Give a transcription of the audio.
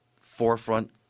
forefront